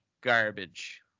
garbage